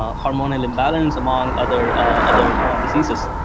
hormonal imbalance, among other other diseases.